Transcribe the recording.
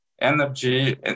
energy